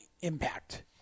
impact